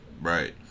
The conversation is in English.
Right